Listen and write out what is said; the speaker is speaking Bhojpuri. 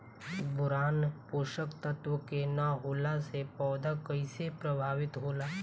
बोरान पोषक तत्व के न होला से पौधा कईसे प्रभावित होला?